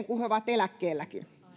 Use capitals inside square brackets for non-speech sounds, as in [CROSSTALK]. [UNINTELLIGIBLE] kun he ovat eläkkeellä